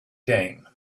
came